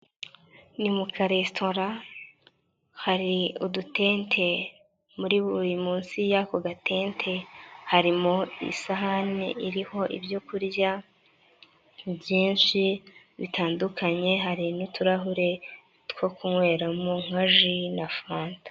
Ni mu karesitora hari udutente muri buri munsi y'ako gatente harimo isahani iriho ibyo kurya byinshi bitandukanye, hari n'uturahure two kunyweramo nka ji na fanta.